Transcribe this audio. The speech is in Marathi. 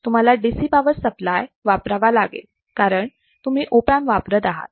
तुम्हाला डीसी पावर सप्लाय वापरावा लागेल कारण तुम्ही ऑप अँप वापरत आहात